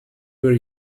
where